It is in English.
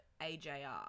AJR